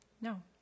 No